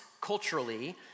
culturally